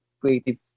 creative